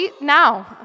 now